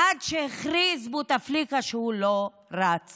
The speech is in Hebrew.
עד שהכריז בותפליקה שהוא לא רץ